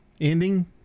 Ending